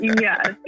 Yes